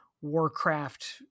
Warcraft